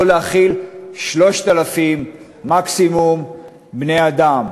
יכול להכיל מקסימום 3,000 בני-אדם.